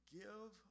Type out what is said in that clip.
give